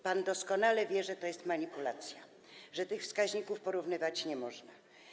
Pan doskonale wie, że to jest manipulacja, że tych wskaźników porównywać nie można.